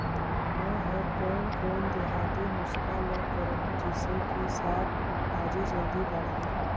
मै हर कोन कोन देहाती नुस्खा ल करहूं? जिसे कि साक भाजी जल्दी बाड़ही?